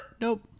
Nope